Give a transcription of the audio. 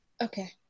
okay